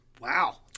wow